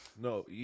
No